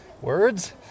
words